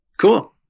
Cool